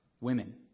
women